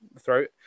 throat